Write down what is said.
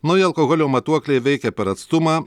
nauji alkoholio matuokliai veikia per atstumą